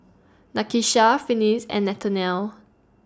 Nakisha Finis and Nathanial